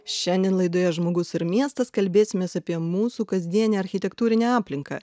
šiandien laidoje žmogus ir miestas kalbėsimės apie mūsų kasdienę architektūrinę aplinką